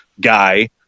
guy